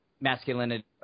masculinity